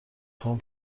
خوام